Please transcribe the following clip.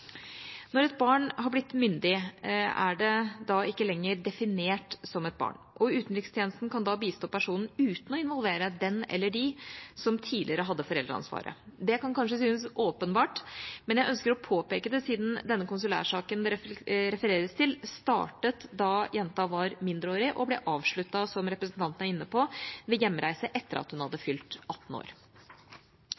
Når et barn har blitt myndig, er det da ikke lenger definert som et barn, og utenrikstjenesten kan da bistå personen uten å involvere den eller de som tidligere hadde foreldreansvaret. Det kan kanskje synes åpenbart, men jeg ønsker å påpeke det siden denne konsulærsaken det refereres til, startet da jenta var mindreårig og ble avsluttet – som representanten var inne på – ved hjemreise etter at hun hadde